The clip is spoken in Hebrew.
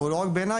ולא רק בעיניי,